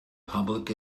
public